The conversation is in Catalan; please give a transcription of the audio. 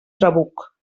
trabuc